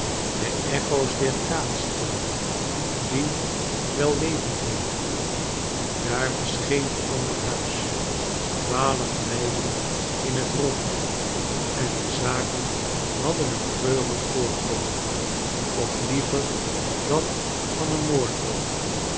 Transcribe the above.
de echo's weerkaatsten die wellevendheden daar was geen ander huis twaalf mijlen in het rond en de zaken hadden een treurig voorkomen of liever dat van een